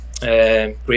great